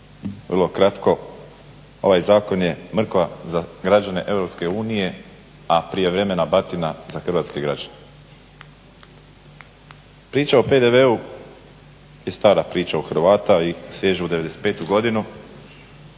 vrlo kratko ovaj zakon je mrkva za građane EU a prijevremena batina za hrvatske građane. Priča o PDV-u je stara priča u Hrvata i seže u '95.godinu